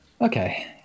Okay